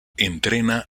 entrena